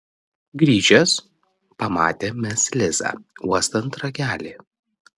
grįžęs pamatė mis lizą uostant ragelį